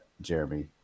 Jeremy